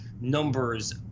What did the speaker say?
numbers